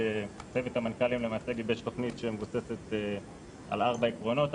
צוות המנכ"לים גיבש תוכנית שמבוססת על ארבע עקרונות.